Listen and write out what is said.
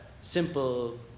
simple